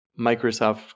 Microsoft